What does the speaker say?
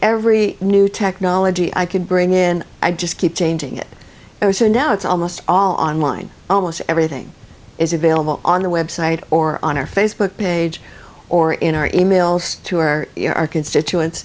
every new technology i could bring in i just keep changing it oh so now it's almost all online almost everything is available on the website or on our facebook page or in our emails to our you know our constituents